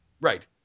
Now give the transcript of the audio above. Right